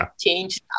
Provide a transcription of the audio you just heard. change